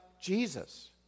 Jesus